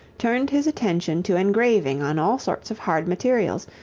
turned his attention to engraving on all sorts of hard materials,